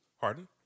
Harden